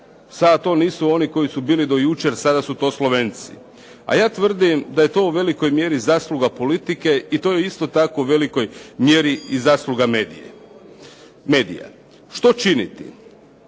sada to nisu oni koji su bili do jučer, sada su to Slovenci. A ja tvrdim da je to u velikoj mjeri zasluga politike i to je isto tako u velikoj mjeri i zasluga medija. Što činiti?